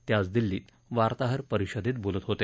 ते आज दिल्लीत वार्ताहर परिषदेत बोलत होते